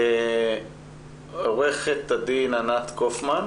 עו"ד ענת קאופמן